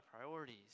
priorities